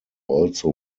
also